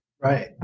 Right